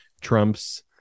Trump's